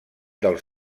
dels